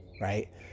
right